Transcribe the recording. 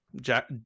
Jack